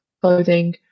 clothing